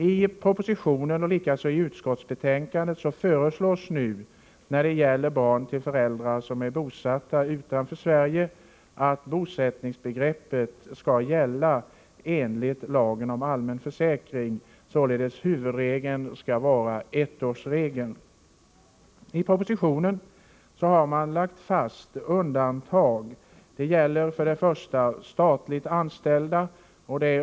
I propositionen och likaså i utskottsbetänkandet föreslås nu när det gäller barn till föräldrar som är bosatta utanför Sverige att bosättningsbegreppet skall gälla enligt lagen om allmän försäkring. Huvudregeln skall således vara ettårsregeln. I propositionen har man lagt fast undantag. Det gäller för det första statligt anställda.